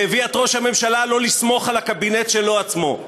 והביאה את ראש הממשלה לא לסמוך על הקבינט שלו עצמו.